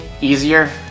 easier